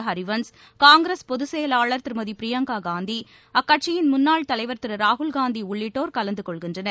ஹரிவன்ஸ்காங்கிரஸ் பொதுச் செயலாளர் திருமதி பிரியங்கா காந்தி அக்கட்சியின் முன்னாள் தலைவர் திரு ராகுல் காந்தி உள்ளிட்டோர் கலந்து கொள்கின்றனர்